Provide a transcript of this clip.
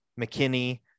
McKinney